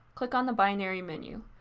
click on the binary menu.